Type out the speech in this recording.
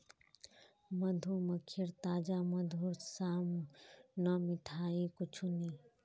मधुमक्खीर ताजा मधुर साम न मिठाई कुछू नी